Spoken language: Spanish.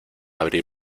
abrir